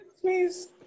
please